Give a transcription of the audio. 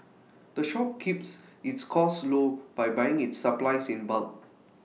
the shop keeps its costs low by buying its supplies in bulk